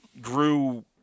grew